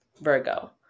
Virgo